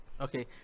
Okay